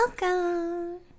Welcome